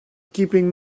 keeping